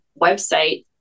website